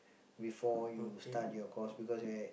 before you start your course because right